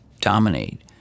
dominate